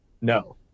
no